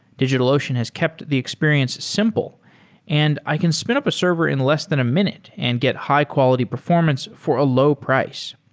digitalocean has kept the experience simple and i can spin up a server in less than a minute and get high quality performance for a low price.